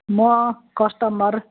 म कस्टमर